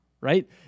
right